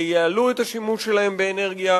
ייעלו את השימוש שלהן באנרגיה